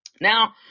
now